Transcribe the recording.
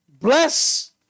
bless